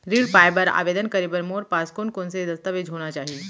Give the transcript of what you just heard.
ऋण पाय बर आवेदन करे बर मोर पास कोन कोन से दस्तावेज होना चाही?